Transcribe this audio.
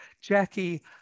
Jackie